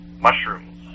mushrooms